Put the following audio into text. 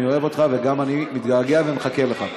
אני אוהב אותך וגם אליך אני מתגעגע ומחכה לך.